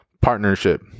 partnership